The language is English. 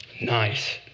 Nice